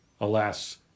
Alas